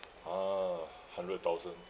ah hundred thousand